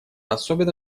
особенно